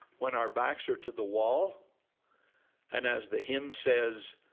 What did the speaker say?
when our backs are to the wall and, as the hymn says,